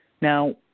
Now